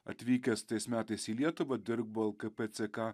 atvykęs tais metais į lietuvą dirbo lkp ck